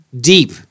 Deep